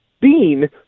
Bean